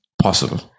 Possible